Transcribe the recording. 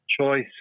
choice